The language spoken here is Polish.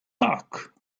tak